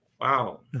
wow